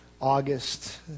August